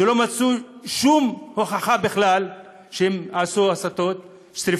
מפני שלא מצאו שום הוכחה בכלל שהם עשו שרפות.